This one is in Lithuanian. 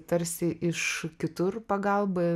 tarsi iš kitur pagalba